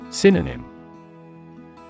Synonym